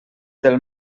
del